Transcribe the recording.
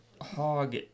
hog